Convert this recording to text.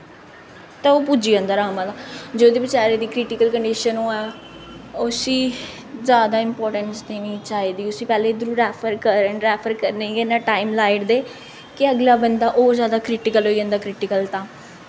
ते ओह् पुज्जी जंदा अरामा दा जेह्दी बचारे दी क्रिटिकल कंडीशन होऐ उसी जादा इंपार्टैंस देनी चाहिदी उसी पैह्लें इद्धरों रैफर करन इद्धरों रैफर करने गी गै इन्ना टाईम लाई ओड़दे कि अगला बंदा होर जादा क्रिटिकल होई जंदा क्रिटिकल तां